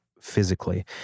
physically